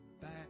back